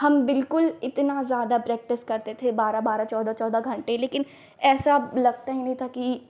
हम बिल्कुल इतनी ज़्यादा प्रैक्टिस करते थे बारह बारह चौदह चौदह घण्टे लेकिन ऐसा लगता ही नहीं था कि